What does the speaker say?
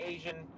Asian